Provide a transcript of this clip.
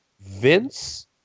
Vince